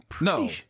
No